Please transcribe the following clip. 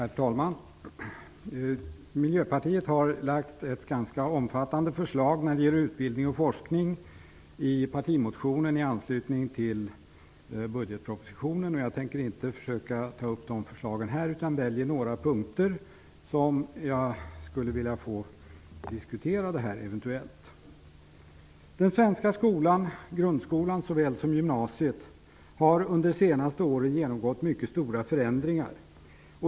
Herr talman! Vi i Miljöpartiet har när det gäller utbildning och forskning lagt fram ganska omfattande förslag i vår partimotion i anslutning till budgetpropositionen. Jag tänker inte ta upp de förslagen här, utan jag väljer några punkter som jag skulle vilja få diskutera här. Den svenska skolan - såväl grundskolan som gymnasiet - har under de senaste åren genomgått mycket stora förändringar.